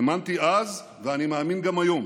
האמנתי אז ואני מאמין גם היום